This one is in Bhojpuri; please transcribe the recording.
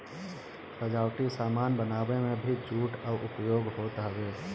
सजावटी सामान बनावे में भी जूट कअ उपयोग होत हवे